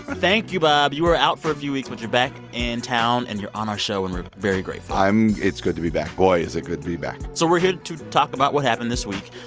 thank you, bob. you were out for a few weeks. but you're back in town, and you're on our show. and we're very grateful i'm it's good to be back. boy, is it good to be back so we're here to talk about what happened this week.